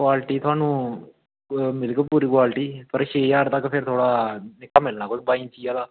quality थुहानू मिलग थाह्नू क्वालिटी पर छे ज्हार थोह्ड़ा फिर मिलना बाई इंच आह्ला